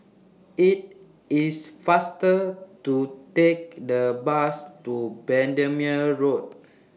IT IS faster to Take The Bus to Bendemeer Road